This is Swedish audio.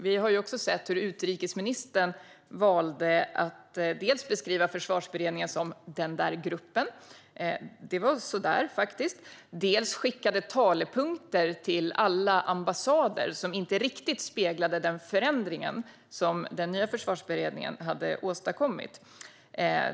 Vi har sett hur utrikesministern valde att dels beskriva Försvarsberedningen som "den där gruppen", vilket faktiskt var så där, dels skicka talepunkter till alla ambassader som inte riktigt speglade den förändring som den nya försvarsberedningen hade åstadkommit.